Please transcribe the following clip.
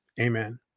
Amen